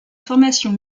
formation